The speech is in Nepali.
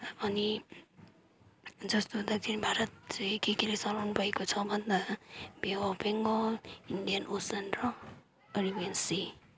अनि जस्तो दक्षिण भारत चाहिँ के केले समन भएको छ भन्दा bay of Bengal Indian ocean र अरेबियन सी